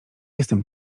jestem